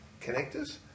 connectors